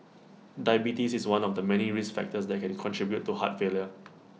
diabetes is one of the many risk factors that can contribute to heart failure